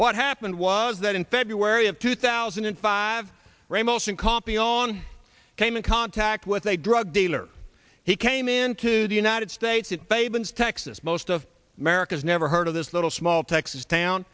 what happened was that in february of two thousand and five ramos and coffee on came in contact with a drug dealer he came into the united states and fables texas most of america's never heard of this little small texas town